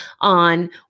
on